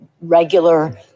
regular